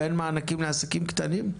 ואין מענקים לעסקים קטנים?